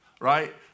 Right